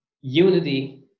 unity